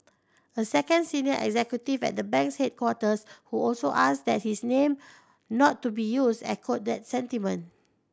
a second senior executive at the bank's headquarters who also asked that his name not to be used echoed that sentiment